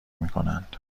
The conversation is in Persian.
میکنند